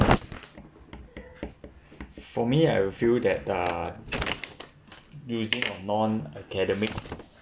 for me I reveal that uh using of non-academic